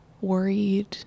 worried